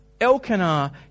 Elkanah